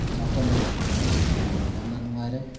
ꯆꯥꯎꯈꯠꯂꯦ ꯌꯥꯝꯅ ꯅꯨꯉꯥꯏꯔꯦ